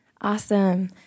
Awesome